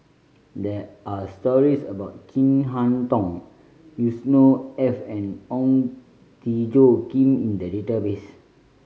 there are stories about Chin Harn Tong Yusnor Ef and Ong Tjoe Kim in the database